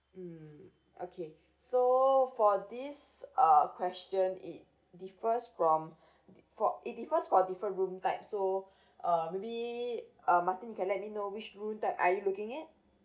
mmhmm okay so for this uh question it differs from for it differs for different room type so uh maybe uh martin you can let me know which room type are you looking at